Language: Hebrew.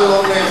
מה לא נאמר,